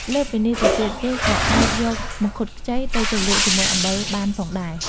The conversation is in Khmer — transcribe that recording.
លើសពីនេះទៅទៀត គេក៏អាចយកមង្ឃុតខ្ចីទៅជ្រលក់ជាមួយអំបិលបានផងដែរ។